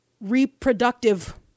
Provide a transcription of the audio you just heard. reproductive